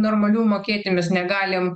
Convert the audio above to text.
normalių mokėti mes negalim